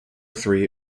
three